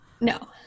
no